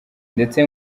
ndetse